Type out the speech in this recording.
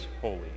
holy